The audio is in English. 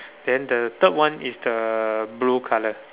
then the third one is the blue colour